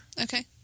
Okay